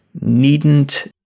needn't